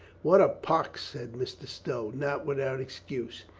what a pox! said mr. stow, not without excuse.